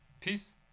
Peace